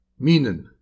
Minen